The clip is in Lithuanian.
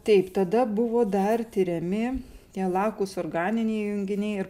taip tada buvo dar tiriami tie lakūs organiniai junginiai ir